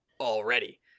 already